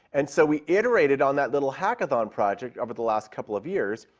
and so we iterated on that little hackathon project over the last couple of years,